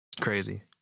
crazy